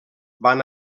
van